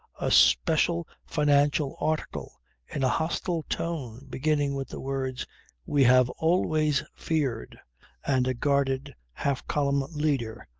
a special financial article in a hostile tone beginning with the words we have always feared and a guarded, half-column leader,